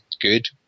good